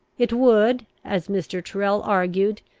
it would, as mr. tyrrel argued,